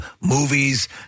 movies